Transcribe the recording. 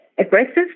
aggressive